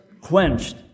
quenched